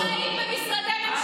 תחזקי את הציבור.